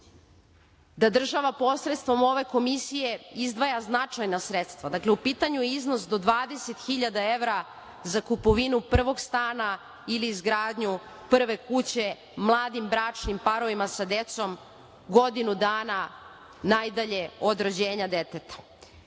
da država posredstvom ove komisije izdvaja značajna sredstva. Dakle, u pitanju je iznos do 20.000 evra za kupovinu prvog stana ili izgradnju prve kuće mladim bračnim parovima sa decom, godinu dana najdalje od rođenja deteta. Mislim